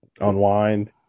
unwind